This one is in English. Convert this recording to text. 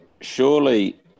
surely